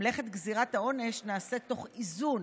מלאכת גזירת העונש נעשית תוך איזון